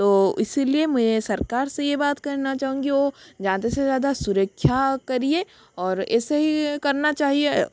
तो इसीलिए मैं सरकार से ये बात करना चाहूँगी ओ ज़्यादा से ज़्यादा सुरक्षा करिए और ऐसे ही करना चाहिए